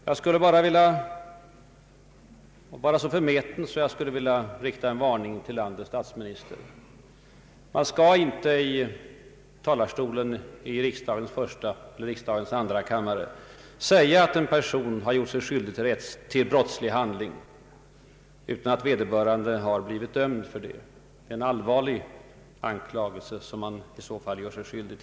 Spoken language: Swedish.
Jag skulle därför bara vilja vara så förmäten att rikta en varning till landets statsminister: Säg inte i talarstolen i riksdagens första eller andra kammare att en person har gjort sig skyldig till ”brottslig handling” innan vederbörande har blivit prövad och dömd för det.